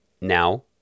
now